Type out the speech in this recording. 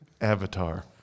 avatar